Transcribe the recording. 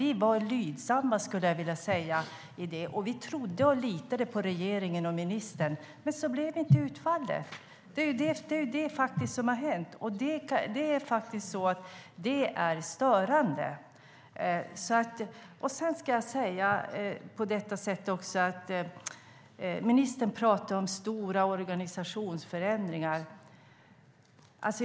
Vi var lydiga i det, skulle jag vilja säga, och vi trodde och litade på regeringen och ministern. Men så blev inte utfallet. Det är ju det som har hänt, och det är faktiskt störande. Ministern pratar om stora organisationsförändringar.